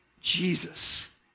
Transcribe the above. Jesus